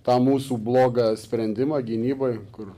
tą mūsų blogą sprendimą gynyboj kur